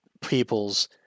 people's